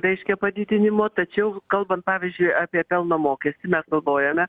reiškia padidinimo tačiau kalbant pavyzdžiui apie pelno mokestį mes galvojame